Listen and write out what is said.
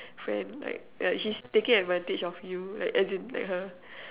friend like uh she's taking advantage of you like as in like her